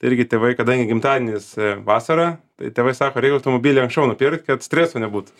irgi tėvai kadangi gimtadienis vasarą tai tėvai sako reik automobilį anksčiau nupirkt kad streso nebūtų